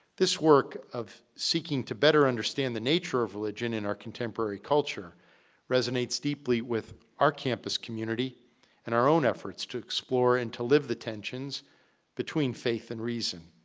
this work of seeking to better understand the nature of religion in our contemporary culture resinates deeply with our campus community in and our own efforts to explore, and to live, the tensions between faith and reason.